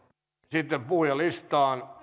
sitten puhujalistaan